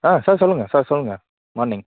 ஆ sir சொல்லுங்க sir சொல்லுங்க morning